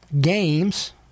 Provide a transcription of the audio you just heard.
games